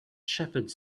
shepherds